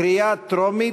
קריאה טרומית,